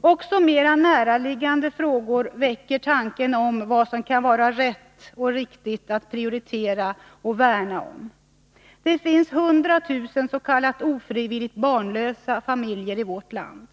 Också mera näraliggande frågor väcker tanken om vad som kan vara rätt och riktigt att prioritera och värna om. Det finns 100 000 s.k. ofrivilligt barnlösa familjer i vårt land.